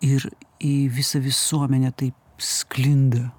ir į visą visuomenę taip sklinda